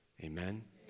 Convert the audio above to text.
Amen